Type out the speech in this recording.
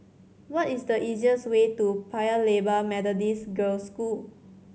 what is the easiest way to Paya Lebar Methodist Girls' School